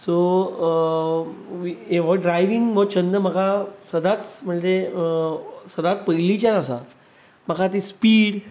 so हो driving हो छंद म्हाका सदांच म्हणजे सदांच पयलींच्यान आसा म्हाका स्पीड